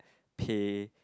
pay